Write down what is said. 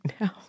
now